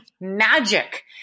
magic